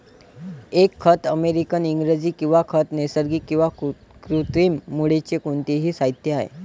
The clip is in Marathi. एक खत अमेरिकन इंग्रजी किंवा खत नैसर्गिक किंवा कृत्रिम मूळचे कोणतेही साहित्य आहे